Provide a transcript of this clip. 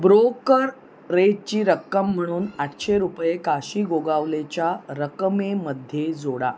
ब्रोकरेजची रक्कम म्हणून आठशे रुपये काशी गोगावलेच्या रकमेमध्ये जोडा